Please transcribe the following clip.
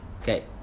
Okay